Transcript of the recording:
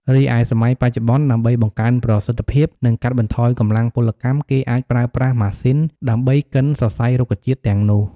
រីឯសម័យបច្ចុប្បន្ន ដើម្បីបង្កើនប្រសិទ្ធភាព និងកាត់បន្ថយកម្លាំងពលកម្ម គេអាចប្រើប្រាស់ ម៉ាស៊ីន ដើម្បីកិនសរសៃរុក្ខជាតិទាំងនោះ។